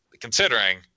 Considering